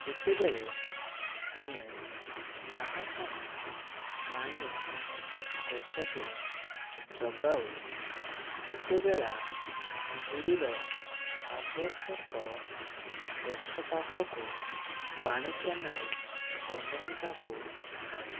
ଯେତେବେଳେ ଆମେ ତାହା ପାଇଁ ପାଣି ଗଛକୁ ଯଗାଉ ସେତେବେଳା କୋଡ଼ି ର ଆବଶ୍ୟକ ଗଛ ପାଖକୁ ପାଣି କେନାଲ ବନାଇବାକୁ ଥାଏ